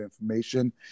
information